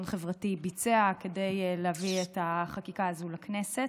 חברתי ביצע כדי להביא את החקיקה הזו לכנסת.